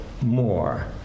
more